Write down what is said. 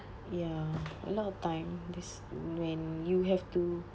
ya a lot of time that's when you have to